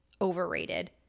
overrated